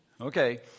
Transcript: Okay